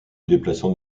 déplaçant